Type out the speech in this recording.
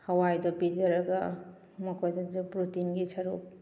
ꯍꯋꯥꯏꯗꯣ ꯄꯤꯖꯔꯒ ꯃꯈꯣꯏꯗꯁꯨ ꯄ꯭ꯔꯣꯇꯤꯟꯒꯤ ꯁꯔꯨꯛ